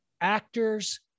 Actors